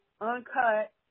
uncut